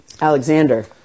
Alexander